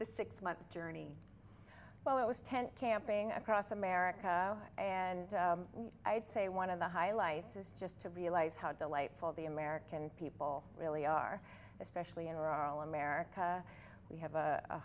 the six month journey well it was tent camping across america and i'd say one of the highlights is just to realize how delightful the american people really are especially in rural america we have a